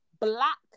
Black